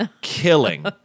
killing